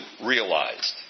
realized